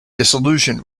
disillusioned